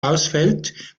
ausfällt